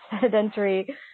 sedentary